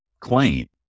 claim